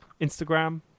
Instagram